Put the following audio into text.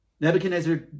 Nebuchadnezzar